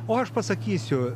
o aš pasakysiu